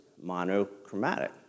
monochromatic